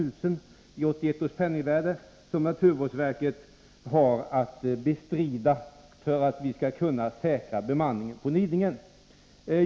i 1981 års penningvärde, som naturvårdsverket har att bestrida för att vi skall kunna säkra bemanningen på Nidingen.